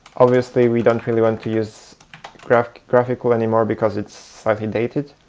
obviously, we don't really want to use graphiql graphiql anymore, because it's slightly dated.